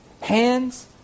Hands